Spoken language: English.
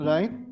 Right